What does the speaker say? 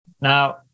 Now